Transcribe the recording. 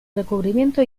recubrimiento